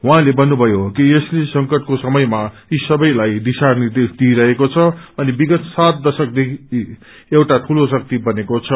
उहाँले मन्नुम्बयो कि यसले संकटको समयमा यी सबैलाइ दिशा निर्देश दिइरहेको छ अनि विगत सात दशकदेखि एउआ ठूलो शक्ति बनेको छ